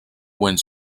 wind